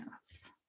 yes